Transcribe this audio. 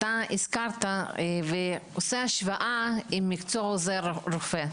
הזכרת ואתה עושה השוואה עם מקצוע עוזר רופא.